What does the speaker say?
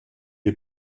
est